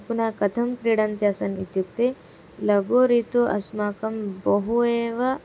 पुनः कथं क्रीडन्त्यासन् इत्युक्ते लगोरितु अस्माकं बहु एव